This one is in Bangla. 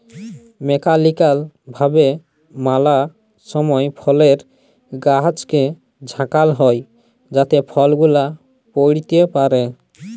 মেকালিক্যাল ভাবে ম্যালা সময় ফলের গাছকে ঝাঁকাল হই যাতে ফল গুলা পইড়তে পারে